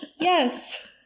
Yes